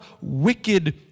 wicked